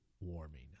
warming